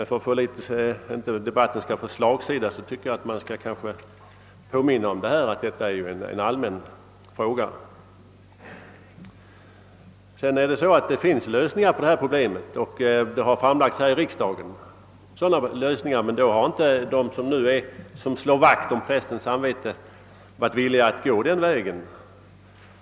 För att debatten inte skall få slagsida, bör man påminna om att detta är en allmän fråga med stor räckvidd. Det finns lösningar på detta problem, och sådana lösningar har framlagts här i riksdagen, men då var de som nu slår vakt om prästens samvete inte villiga att gå den vägen.